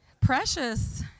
Precious